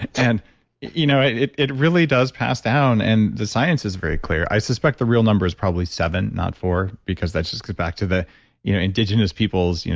and you know it it really does pass down and the science is very clear. i suspect the real number is probably seven, not four, because that just goes back to the you know indigenous peoples,